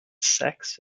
sex